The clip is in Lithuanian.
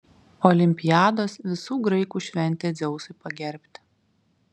olimpiados visų graikų šventė dzeusui pagerbti